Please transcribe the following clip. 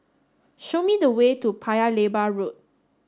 show me the way to Paya Lebar Road